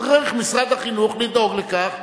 צריך משרד החינוך לדאוג לכך,